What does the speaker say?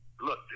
look